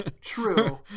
True